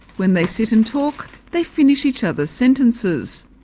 when they sit and talk they finish each other's sentences.